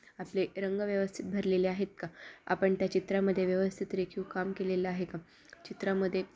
आपले रंग व्यवस्थित भरलेले आहेत का आपण त्या चित्रामध्ये व्यवस्थित रेखीव काम केलेलं आहे का चित्रामध्ये